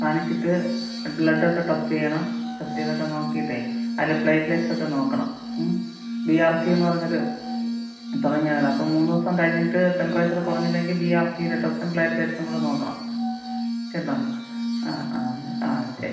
കാണിച്ചിട്ട് ബ്ലഡൊക്കെ ടെസ്റ്റ് ചെയ്യണം ടെസ്റ്റ് ചെയ്തൊക്കെ നോക്കിയിട്ടേ അതിൽ പ്ലേറ്റ്ലെറ്റ്സൊക്കെ നോക്കണം ബി ആർ സിയെന്ന് പറഞ്ഞൊരു തുടങ്ങിയതിൽ അപ്പം മൂന്ന് ദിവസം കഴിഞ്ഞിട്ട് ടെമ്പറേച്ചറ് കുറഞ്ഞില്ലെങ്കിൽ ബി ആർ സിയുടെ ടെസ്റ്റും പ്ലേറ്റ്ലെറ്റ്സും കൂടെ നോക്കണം കേട്ടാൽ ആ ആ ആ ശരി